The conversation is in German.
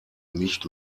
nicht